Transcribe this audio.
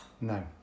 No